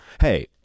Hey